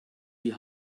die